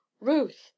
Ruth